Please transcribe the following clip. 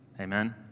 Amen